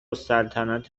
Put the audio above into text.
سلطنت